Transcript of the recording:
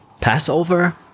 Passover